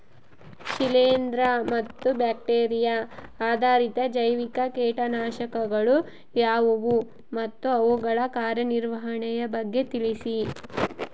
ಶಿಲೇಂದ್ರ ಮತ್ತು ಬ್ಯಾಕ್ಟಿರಿಯಾ ಆಧಾರಿತ ಜೈವಿಕ ಕೇಟನಾಶಕಗಳು ಯಾವುವು ಮತ್ತು ಅವುಗಳ ಕಾರ್ಯನಿರ್ವಹಣೆಯ ಬಗ್ಗೆ ತಿಳಿಸಿ?